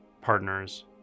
partners